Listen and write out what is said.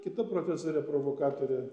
kita profesorė provokatorė